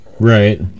Right